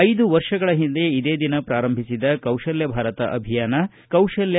ಐದು ವರ್ಷಗಳ ಹಿಂದೆ ಇದೇ ದಿನ ಪ್ರಾರಂಭಿಸಿದ ಕೌಶಲ್ವ ಭಾರತ ಅಭಿಯಾನ ಕೌಶಲ್ವ